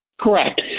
Correct